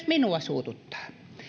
minua suututtaa